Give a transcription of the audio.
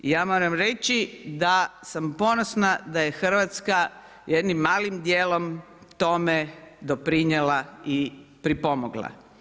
I ja moram reći da samo ponosna da je Hrvatska jednim malim dijelom tome doprinijela i pripomogla.